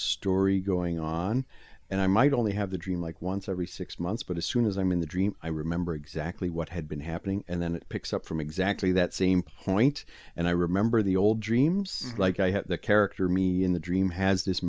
story going on and i might only have the dream like once every six months but as soon as i'm in the dream i remember exactly what had been happening and then it picks up from exactly that same point and i remember the old dreams like i had the character me in the dream has this